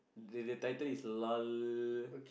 the the title is lol